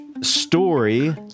story